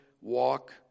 walk